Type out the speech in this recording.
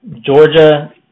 Georgia